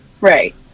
Right